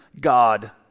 God